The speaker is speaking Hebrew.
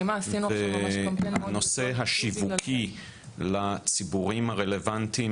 הנושא השיווקי לציבורים הרלוונטיים.